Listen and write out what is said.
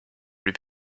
plus